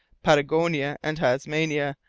patagonia, and tasmania,